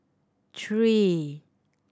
three